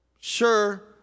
sure